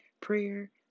prayer